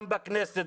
גם בכנסת,